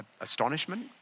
astonishment